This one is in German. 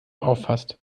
auffasst